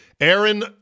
Aaron